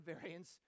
variants